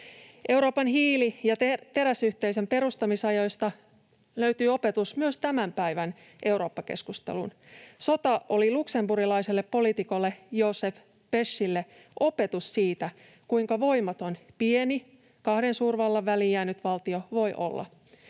Euroopan hiili- ja teräsyhteisön perustamisajoista löytyy opetus myös tämän päivän Eurooppa-keskusteluun. Sota oli luxemburgilaiselle poliitikolle Joseph Bechille opetus siitä, kuinka voimaton pieni, kahden suurvallan väliin jäänyt valtio voi olla.